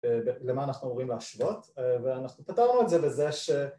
‫אה, ל... למה אנחנו אמורים להשוות, ‫ואנחנו פתרנו את זה בזה ש...